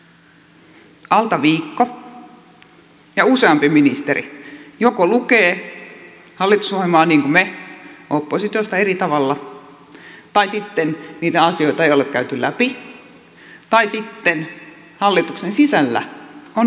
alta viikko ja useampi ministeri joko lukee hallitusohjelmaa niin kuin me oppositiosta eri tavalla tai sitten niitä asioita ei ole käyty läpi tai sitten hallituksen sisällä on oma oppositio